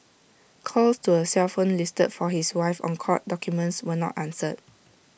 calls to A cell phone listed for his wife on court documents were not answered